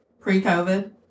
Pre-COVID